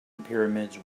pyramids